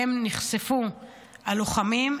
שאליהם נחשפו הלוחמים,